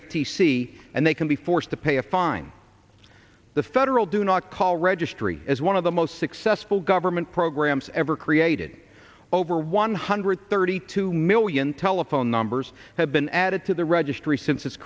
c and they can be forced to pay a fine the federal do not call registry as one of the most successful government programs ever created over one hundred thirty two million telephone numbers have been added to the registry si